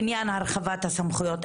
בעניין הרחבת הסמכויות.